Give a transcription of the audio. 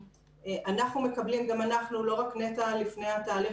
גם אנחנו מקבלים, לא רק נת"ע, לפני התהליך